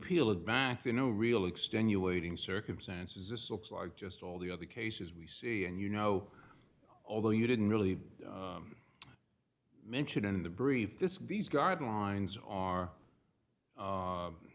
peel it back to no real extenuating circumstances this looks like just all the other cases we see and you know although you didn't really mention in the brief this these guidelines are